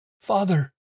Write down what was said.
Father